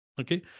okay